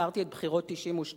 סיקרתי את בחירות 1992,